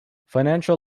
financial